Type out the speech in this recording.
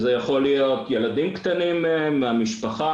זה יכול להיות ילדים קטנים מהמשפחה,